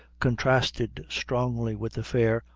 contrasted strongly with the fair,